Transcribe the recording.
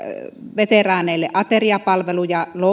veteraaneille ateriapalveluja